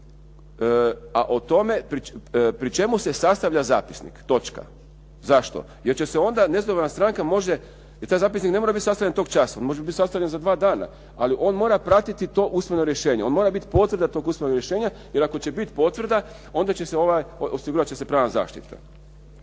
a o tome pri čemu se sastavlja zapisnik, točka. Zašto? Jer će se onda nezadovoljna stranka može i taj zapisnik ne mora biti sastavljen tog časa. On može biti sastavljen za dva dana, ali on mora pratiti to usmeno rješenje. On mora biti potvrda tog usmenog rješenja, jer ako će biti potvrda onda će se, osigurat će se pravna zaštita.